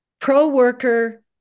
pro-worker